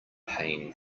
pain